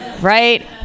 Right